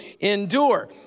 endure